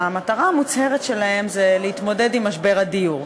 המטרה המוצהרת שלהן היא להתמודד עם משבר הדיור.